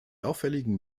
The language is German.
auffälligen